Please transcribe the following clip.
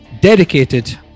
dedicated